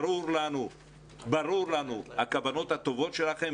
ברורות לנו הכוונות הטובות שלכם,